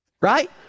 Right